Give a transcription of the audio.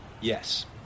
yes